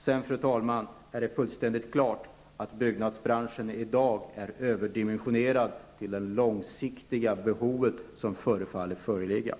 Sedan är det fullständigt klart att byggnadsbraschen i dag är överdimensionerad i förhållande till de långsiktiga behov som förefaller föreligga.